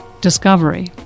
discovery